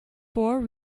four